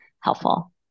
helpful